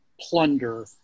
plunder